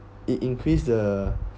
it increase the